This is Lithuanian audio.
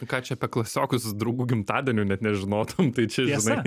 ką čia apie klasiokus draugų gimtadienių net nežinotum tai čia žinai